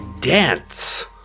dance